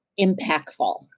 impactful